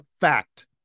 fact